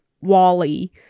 Wally